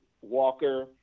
Walker